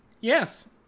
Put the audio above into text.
yes